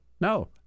No